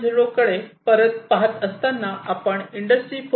0 कडे परत पहात असताना आपण इंडस्ट्री 4